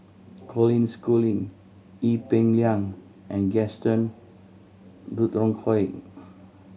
Colin Schooling Ee Peng Liang and Gaston Dutronquoy